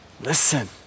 Listen